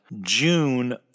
June